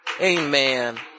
Amen